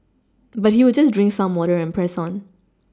but he would just drink some water and press on